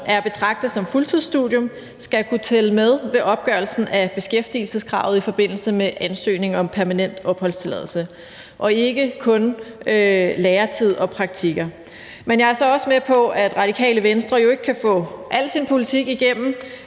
at betragte som et fuldtidsstudium, skal kunne tælle med ved opgørelsen af beskæftigelseskravet i forbindelse med ansøgning om permanent opholdstilladelse, og at det ikke kun skal være læretid og praktikker. Men jeg er så også med på, at Radikale Venstre jo ikke kan få al sin politik igennem.